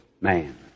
man